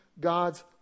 God's